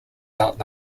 out